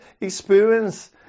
experience